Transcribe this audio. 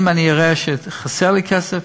אם אני אראה שחסר לי כסף,